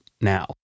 now